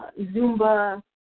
zumba